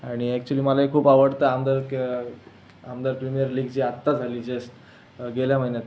आणि अॅक्च्युअली मलाही खूप आवडतं आमदार केळा आमदार ज्युनिअर लीग जे आत्ता झाली जस्ट गेल्या महिन्यात